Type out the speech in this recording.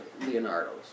Leonardo's